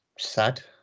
sad